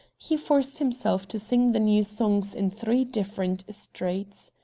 he forced himself to sing the new songs in three different streets.